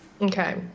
Okay